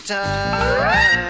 time